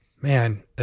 Man